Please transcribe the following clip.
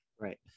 Right